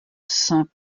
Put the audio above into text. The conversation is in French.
saint